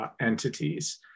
entities